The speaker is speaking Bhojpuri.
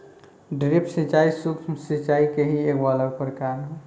ड्रिप सिंचाई, सूक्ष्म सिचाई के ही एगो अलग प्रकार ह